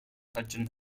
hutton